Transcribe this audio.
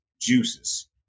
juices